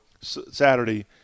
Saturday